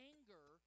Anger